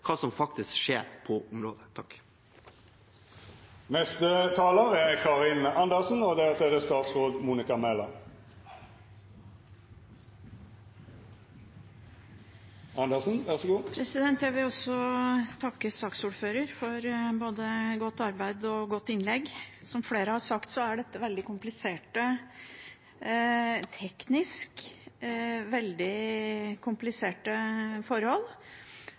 faktisk skjer på området. Også jeg vil takke saksordføreren for både et godt arbeid og et godt innlegg. Som flere har sagt, er dette teknisk veldig kompliserte forhold og områder der jeg generelt tror at politikere – og kanskje særlig de i min generasjon – har